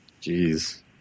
Jeez